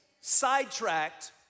sidetracked